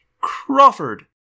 Crawford